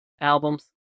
albums